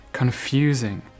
confusing